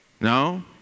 No